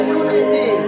unity